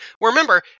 remember